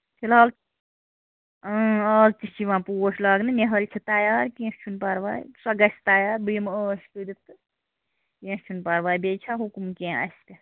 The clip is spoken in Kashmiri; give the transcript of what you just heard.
فِلحال از تہِ چھُ یِوان پوش لگانہٕ نِہٲلۍ چھِ تَیار کیٚنٛہہ چھُنہٕ پَرواے سۄ گژھِ تَیار بہٕ یِمہٕ ٲش کٔرِتھ تہٕ کیٚنٛہہ چھُنہٕ پَرواے بیٚیہِ چھا حُکُم کیٚنٛہہ اَسہِ